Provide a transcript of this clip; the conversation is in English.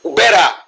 better